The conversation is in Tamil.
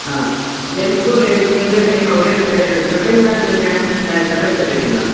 ஆ ஜென்ஸுக்கும் லேடீஸுக்கும் நீங்களே சேமாக ஒரே இடத்துல டெய்லர் இருக்காங்களா இல்லை நீங்கள் செப்ரேட் செப்ரேட்டுங்களா